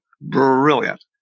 brilliant